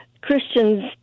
Christians